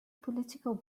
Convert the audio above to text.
political